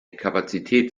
kapazität